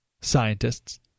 scientists